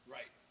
Right